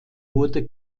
wurde